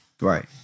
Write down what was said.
Right